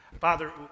Father